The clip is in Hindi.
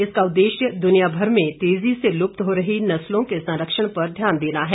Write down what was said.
इसका उद्देश्य दुनियाभर में तेजी से लुप्त हो रही नस्लों के संरक्षण पर ध्यान देना है